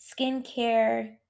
skincare